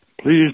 Please